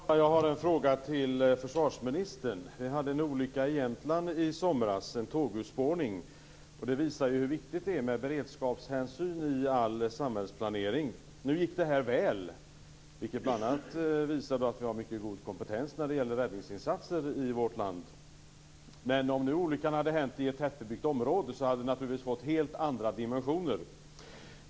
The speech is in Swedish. Fru talman! Jag har en fråga till försvarsministern. Vi hade en olycka i Jämtland i somras. Det var en tågurspårning. Det visar hur viktigt det är med beredskapshänsyn i all samhällsplanering. Nu gick det här väl, vilket bl.a. visar att vi har mycket god kompetens när det gäller räddningsinsatser i vårt land. Men om olyckan hade inträffat i tätbebyggt område, hade den naturligtvis fått helt andra dimensioner.